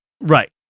Right